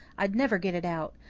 i'd never get it out.